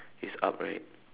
is up right